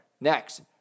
next